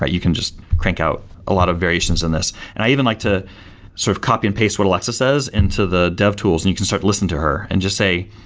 but you can just crank out a lot of variations in this and i even like to sort of copy and paste what alexa says into the dev tools and you can start listening to her, and just say,